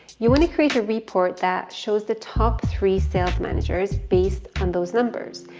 you wanna create a report that shows the top three sales managers based on those numbers.